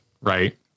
Right